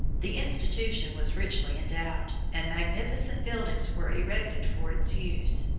the institution was richly endowed, and magnificent buildings were erected for its use.